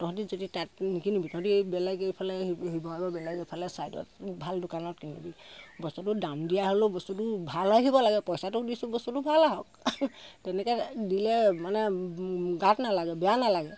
তহঁতি যদি তাত নিকিনিবি তহঁতি বেলেগ এইফালে শিৱসাগৰ বেলেগ এফালে ছাইডৰ ভাল দোকানত কিনিবি বস্তুটো দাম দিয়া হ'লেও বস্তুটো ভাল ৰাখিব লাগে পইচাটো দিছোঁ বস্তুটো ভাল আহক তেনেকৈ দিলে মানে গাত নেলাগে বেয়া নেলাগে